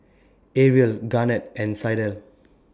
Ariel Garnett and Sydell